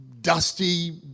dusty